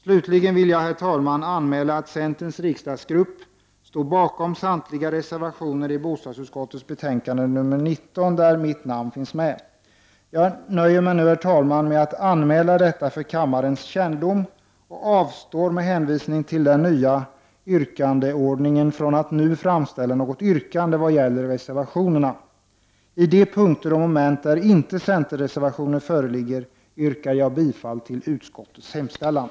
Slutligen vill jag, herr talman, anmäla att centerns riksdagsgrupp står bakom samtliga reservationer i BoU-betänkande nr 19 där mitt namn finns med. Jag nöjer mig nu, herr talman, med att anmäla detta för kammarens kännedom och avstår med hänvisning till den nya yrkandeordningen från att nu framställa något yrkande vad gäller reservationerna, Under de punkter och moment där inte centerreservationer föreligger yrkar jag bifall till utskottets hemställan.